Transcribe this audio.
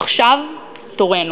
עכשיו תורנו